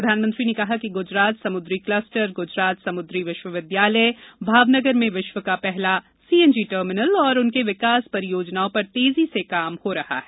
प्रधानमंत्री ने कहा कि गुजरात समुद्री क्लस्टर गुजरात समुद्री विश्वविद्यालय भावनगर में विश्व का पहला सीएनजी टर्मिनल और अनेक विकास परियोजनाओं पर तेजी से कार्य हो रहा है